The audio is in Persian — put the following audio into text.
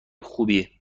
خوبی